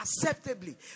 acceptably